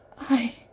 I-